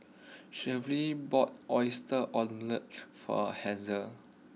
Shelvie bought Oyster Omelette for Hazel